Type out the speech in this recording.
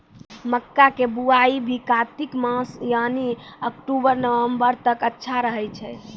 मक्का के बुआई भी कातिक मास यानी अक्टूबर नवंबर तक अच्छा रहय छै